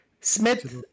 Smith